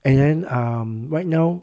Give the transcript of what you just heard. and then um right now